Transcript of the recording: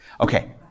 Okay